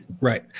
Right